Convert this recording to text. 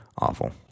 Awful